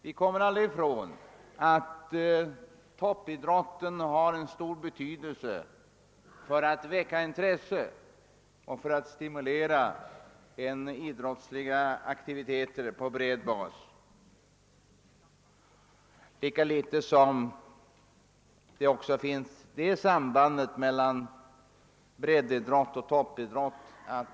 Vi kommer aldrig ifrån att toppidrotten har stor betydelse när det gäller att väcka intresse för och att stimulera idrottslig aktivitet på bred bas, lika litet som vi kommer ifrån sambandet mellan breddoch toppidrott.